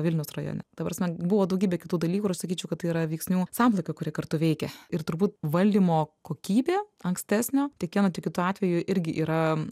vilniaus rajone ta prasme buvo daugybė kitų dalykų ir aš sakyčiau kad tai yra veiksnių samplaika kuri kartu veikė ir turbūt valdymo kokybė ankstesnio tiek vienu tiek kitu atveju irgi yra